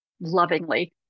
lovingly